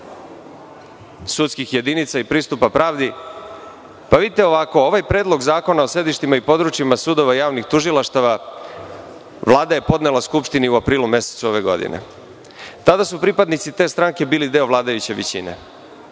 sudskih jedinica i pristupa pravdi. Vidite ovako, ovaj Predlog zakona o sedištima i područjima sudova i javnih tužilaštava Vlada je podnela Skupštini u aprilu mesecu ove godine. Tada su pripadnici te stranke bili deo vladajuće većine.